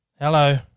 Hello